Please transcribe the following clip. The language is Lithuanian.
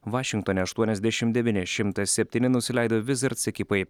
vašingtone aštuoniasdešim devyni šimtas septyni nusileido wizards ekipai